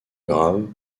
graves